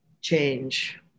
change